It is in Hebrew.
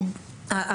להתחמק.